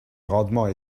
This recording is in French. grandement